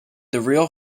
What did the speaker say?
real